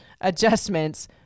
Adjustments